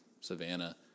Savannah